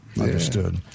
Understood